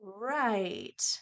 Right